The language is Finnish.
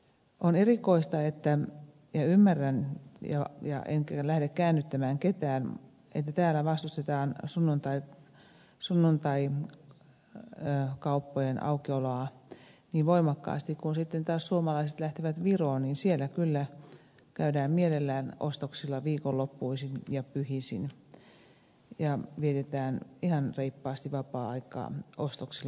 on erikoista ja ymmärrän enkä lähde käännyttämään ketään että täällä vastustetaan sunnuntaikauppojen aukioloa niin voimakkaasti ja kun sitten taas suomalaiset lähtevät viroon niin siellä kyllä käydään mielellään ostoksilla viikonloppuisin ja pyhäisin ja vietetään ihan reippaasti vapaa aikaa ostoksilla käyden